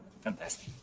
Fantastic